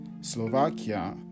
slovakia